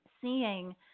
seeing